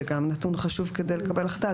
זה גם נתון חשוב כדי לקבל החלטה.